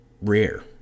rare